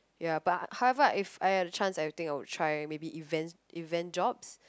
ya but however if I had a chance I think I would try maybe events event jobs